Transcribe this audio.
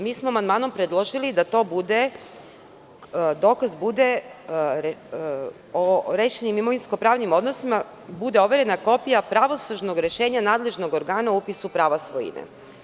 Mi smo amandmanom predložili da dokaz o rešenim imovinsko-pravnim odnosima bude overena kopija pravosnažnog rešenja nadležnog organa o upisu prava svojine.